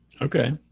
Okay